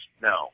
no